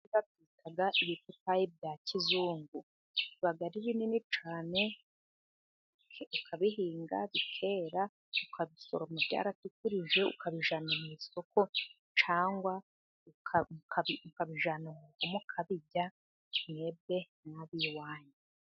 Ibi babyita ibipapayi bya kizungu. Biba ari binini cyane. Ukabihinga bikera. Ukabisoroma byaratukurije. Ukabijyana mu isoko cyangwa ukabijyana mu rugo mukabirya mwebwe nab'iwanyu.